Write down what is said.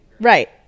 right